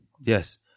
Yes